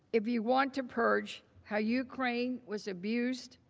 if you want to purge how ukraine was abused,